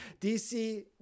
DC